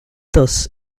thus